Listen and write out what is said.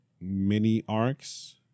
mini-arcs